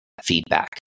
feedback